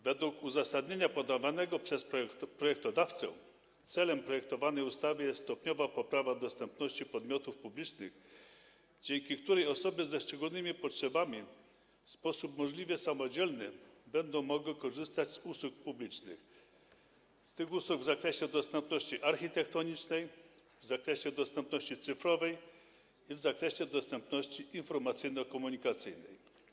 Według uzasadnienia podawanego przez projektodawcę celem projektowanej ustawy jest stopniowa poprawa dostępności podmiotów publicznych, dzięki której osoby ze szczególnymi potrzebami w sposób możliwie samodzielny będą mogły korzystać z usług publicznych, w tym usług w zakresie dostępności architektonicznej, w zakresie dostępności cyfrowej i w zakresie dostępności informacyjno-komunikacyjnej.